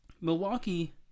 Milwaukee